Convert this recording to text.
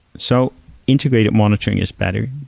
so integrated monitoring is better,